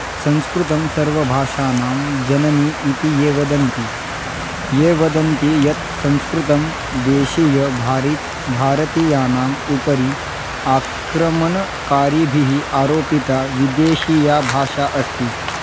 संस्कृतं सर्वभाषाणां जननी इति ये वदन्ति ये वदन्ति यत् संस्कृतं देशीयभारी भारतीयानाम् उपरि आक्रमणकारिभिः आरोपिता विदेशीया भाषा अस्ति